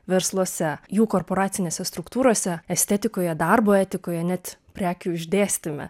versluose jų korporacinėse struktūrose estetikoje darbo etikoje net prekių išdėstyme